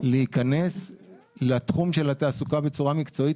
להיכנס לתחום של התעסוקה בצורה מקצועית